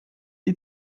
die